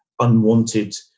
unwanted